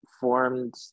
formed